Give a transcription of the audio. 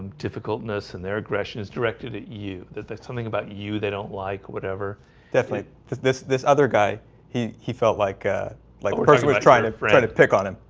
difficult nurse and their aggression is directed at you that there's something about you. they don't like whatever definitely this this this other guy he he felt like ah like was trying to pretend it pick on him.